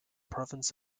province